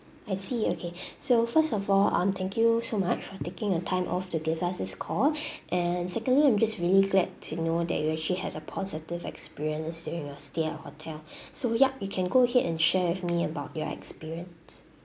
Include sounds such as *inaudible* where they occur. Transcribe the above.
I see okay *breath* so first of all um thank you so much for taking your time off to give us this call *breath* and secondly I'm just really glad to know that you actually had a positive experience during your stay at our hotel *breath* so yup you can go ahead and share with me about your experience